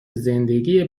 زندگی